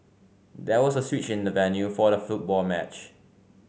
there was a switch in the venue for the football match